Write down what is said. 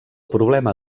problema